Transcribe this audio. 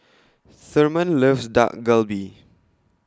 Therman loves Dak Galbi